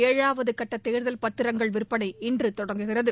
ஏழாவது கட்ட தேர்தல் பத்திரங்கள் விற்பனை இன்று தொடங்குகிறது